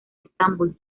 estambul